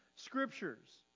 scriptures